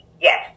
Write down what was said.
Yes